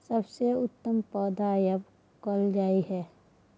सबसे उत्तम पलौघ या हल केना हय?